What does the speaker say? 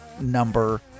number